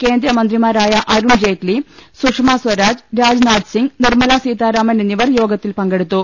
കേന്ദ്ര മന്ത്രിമാ രായ അരുൺ ജെയ്റ്റ്ലി സുഷമാ സ്വരാജ് രാജ്നാഥ് സിംഗ് നിർമല സീതാരാമൻ എന്നിവർ യോഗത്തിൽ പങ്കെടുത്തു